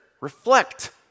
reflect